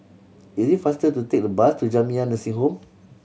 it is faster to take the bus to Jamiyah Nursing Home